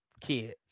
kids